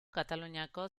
kataluniako